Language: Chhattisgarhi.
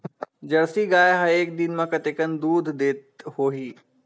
जर्सी गाय ह एक दिन म कतेकन दूध देत होही?